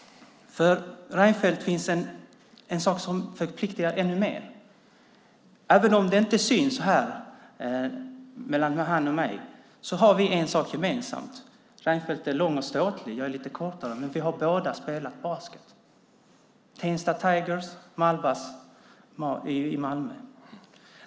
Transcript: För Reinfeldt finns en sak som förpliktar ännu mer. Även om det inte syns har vi en sak gemensamt. Reinfeldt är lång och ståtlig, jag är lite kortare, men vi har båda spelat basket - Reinfeldt i Tensta Tigers, jag i Malbas i Malmö.